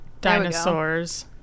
dinosaurs